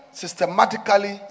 systematically